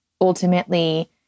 ultimately